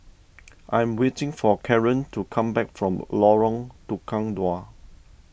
I am waiting for Karan to come back from Lorong Tukang Dua